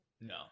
No